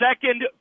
second